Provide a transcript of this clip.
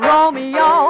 Romeo